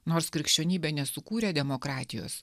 nors krikščionybė nesukūrė demokratijos